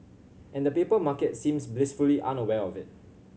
and the paper market seems blissfully unaware of it